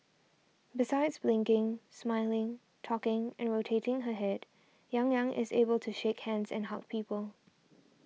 besides blinking smiling talking and rotating her head Yang Yang is able shake hands and hug people